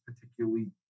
particularly